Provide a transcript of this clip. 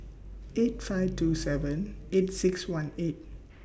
eight five two seven eight six one eight